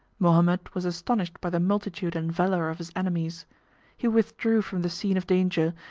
mohammed was astonished by the multitude and valor of his enemies he withdrew from the scene of danger,